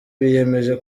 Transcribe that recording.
biyemeje